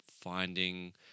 finding